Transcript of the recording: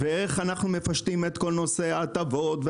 ואיך אנחנו מפשטים את נושא ההטבות,